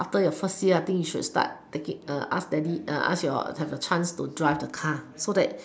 after your first year I think you should start taking ask daddy ask your have a chance to drive the car so that